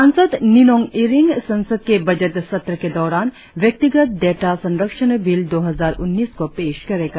सांसद निनोंग इरिंग संसद के बजट सत्र के दौरान व्यक्तिगत डेटा संरक्षण बिल दो हजार उन्नीस को पेश करेगा